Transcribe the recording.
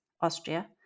Austria